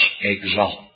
exalt